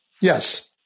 Yes